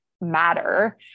matter